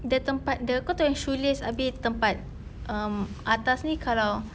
the tempat the kau tahu yang shoelace habis tempat um atas ni kalau